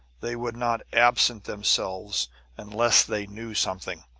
they would not absent themselves unless they knew something!